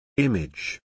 Image